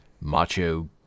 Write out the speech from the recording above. macho